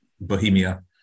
Bohemia